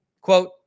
Quote